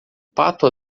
pato